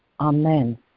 Amen